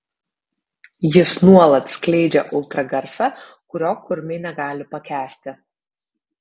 jis nuolat skleidžia ultragarsą kurio kurmiai negali pakęsti